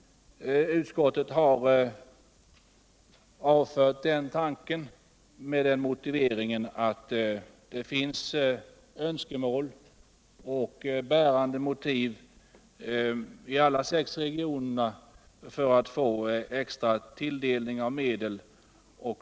Utskottet har avvisat den tanken med motiveringen att det inom alla sex regionerna finns önskemål om och bärande motiv för att få extra tilldelning av medel.